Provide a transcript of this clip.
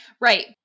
Right